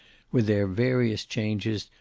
with their various changes,